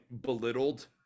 belittled